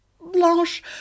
Blanche